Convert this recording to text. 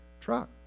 truck